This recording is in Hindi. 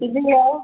किसी में और